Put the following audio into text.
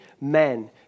men